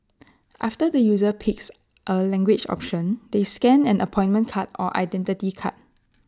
after the user picks A language option they scan an appointment card or Identity Card